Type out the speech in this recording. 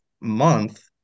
month